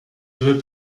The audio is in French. devait